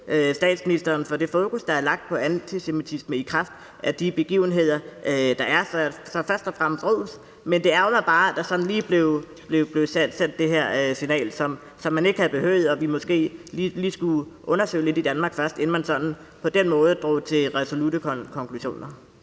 statsministeren for det fokus, der er lagt på antisemitisme i kraft af de begivenheder, der er. Så det er først og fremmest ros, men det ærgrer mig bare, at det her signal blev sendt, for det havde man ikke behøvet, og vi skulle måske lige undersøge det lidt i Danmark først, inden man på den måde drog resolutte konklusioner.